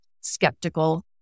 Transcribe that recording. skeptical